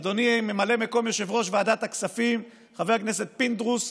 אדוני ממלא מקום יושב-ראש ועדת הכספים חבר הכנסת פינדרוס,